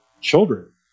children